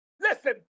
Listen